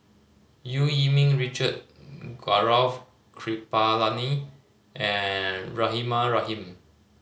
Eu Yee Ming Richard Gaurav Kripalani and Rahimah Rahim